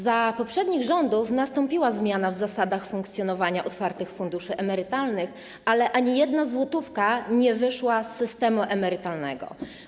Za poprzednich rządów nastąpiła zmiana w zasadach funkcjonowania otwartych funduszy emerytalnych, ale ani jedna złotówka nie wyszła z systemu emerytalnego.